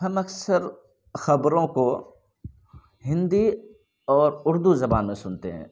ہم اکثر خبروں کو ہندی اور اردو زبان میں سنتے ہیں